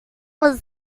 was